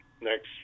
next